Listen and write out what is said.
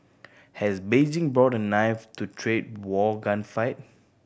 has Beijing brought a knife to trade war gunfight